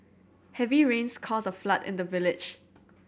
heavy rains caused a flood in the village